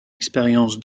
expérience